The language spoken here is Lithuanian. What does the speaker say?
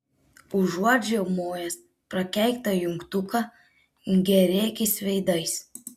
užuot žiaumojęs prakeiktą jungtuką gėrėkis veidais